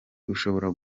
ushobora